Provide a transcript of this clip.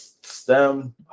STEM